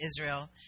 Israel